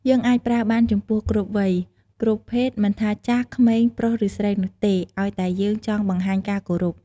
យើងអាចប្រើបានចំពោះគ្រប់វ័យ គ្រប់ភេទ មិនថាចាស់ ក្មេង ប្រុសឬស្រីនោះទេ ឱ្យតែយើងចង់បង្ហាញការគោរព។